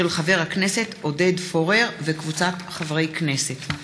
של חבר הכנסת עודד פורר וקבוצת חברי הכנסת.